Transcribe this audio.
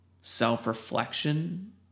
self-reflection